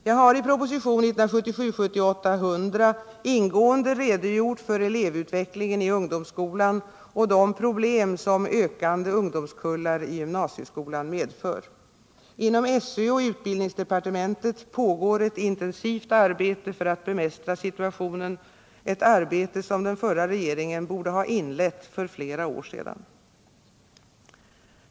Jag har i propositionen 1977/78:100 ingående redogjort för elevutvecklingen i ungdomsskolan och de problem som ökade ungdomskullar i gymnasieskolan medför. Inom SÖ och utbildningsdepartementet pågår ett intensivt arbete för att bemästra situationen, ett arbete som den förra regeringen borde ha inlett för flera år sedan.